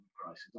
crisis